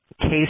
case